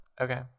Okay